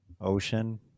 Ocean